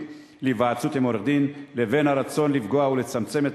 להיוועצות בעורך-דין ובין הרצון לפגוע ולצמצם את